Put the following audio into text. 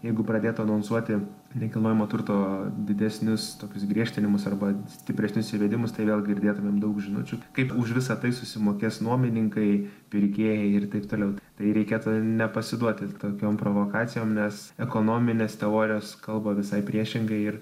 jeigu pradėtų anonsuoti nekilnojamo turto didesnius tokius griežtinimus arba stipresnius įvedimus tai vėl girdėtumėm daug žinučių kaip už visa tai susimokės nuomininkai pirkėjai ir taip toliau tai reikėtų nepasiduoti tokiom provokacijom nes ekonominės teorijos kalba visai priešingai ir